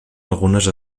algunes